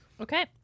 Okay